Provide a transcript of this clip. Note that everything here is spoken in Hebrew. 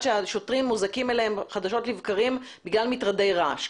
שהשוטרים מוזעקים אליהם חדשות לבקרים בגלל מטרדי רעש,